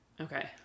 Okay